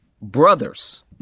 brothers